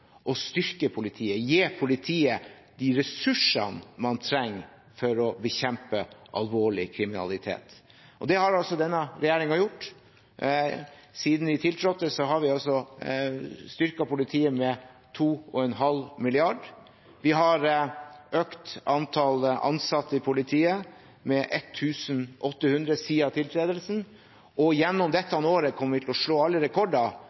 å styrke politiet og gi politiet de ressursene man trenger for å bekjempe alvorlig kriminalitet, og det har altså denne regjeringen gjort. Siden vi tiltrådte, har vi styrket politiet med 2,5 mrd. kr. Vi har økt antall ansatte i politiet med 1 800 siden tiltredelsen, og gjennom dette året kommer vi til å slå alle rekorder